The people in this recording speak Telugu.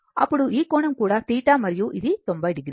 అప్పుడు ఈ కోణం కూడా θ మరియు ఇది 90 డిగ్రీలు